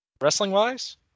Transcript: wrestling-wise